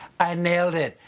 i nailed it,